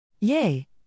Yay